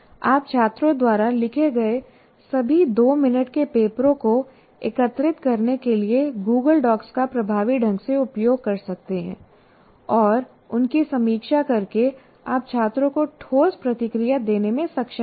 आप छात्रों द्वारा लिखे गए सभी 2 मिनट के पेपरों को एकत्रित करने के लिए गूगल डॉक्स का प्रभावी ढंग से उपयोग कर सकते हैं और उनकी समीक्षा करके आप छात्रों को ठोस प्रतिक्रिया देने में सक्षम होंगे